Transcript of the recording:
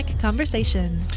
conversation